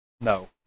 No